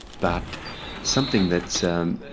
but something that's um